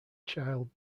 child